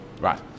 Right